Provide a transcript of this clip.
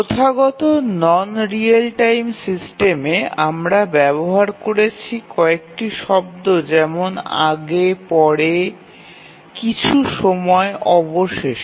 প্রথাগত non real time সিস্টেমে আমরা ব্যবহার করেছি কয়েকটি শব্দ যেমন আগে পরে কিছু সময় অবশেষে